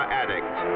addict